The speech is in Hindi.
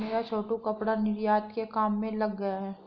मेरा छोटू कपड़ा निर्यात के काम में लग गया है